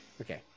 Okay